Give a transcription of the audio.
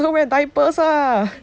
ask her wear diapers ah